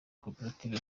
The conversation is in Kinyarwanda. gukopera